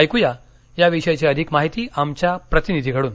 ऐकूया या विषयीची अधिक माहिती आमच्या प्रतिनिधीकडून